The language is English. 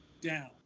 down